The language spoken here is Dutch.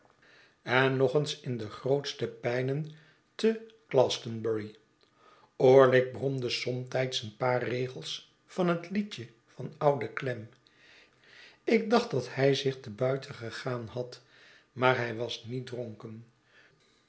en nog eens in de grootste pijnen te glastonbury orlick bromde somtijds een paar regels van het liedje van oude clem ik dacht dat hij zich te buiten gegaan had maar hij was niet dronken